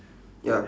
ya